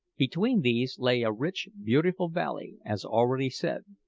between these lay a rich, beautiful valley, as already said.